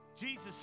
Jesus